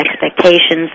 expectations